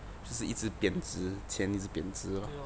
就是一直贬值钱一只贬值哦